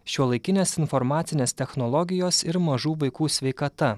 šiuolaikinės informacinės technologijos ir mažų vaikų sveikata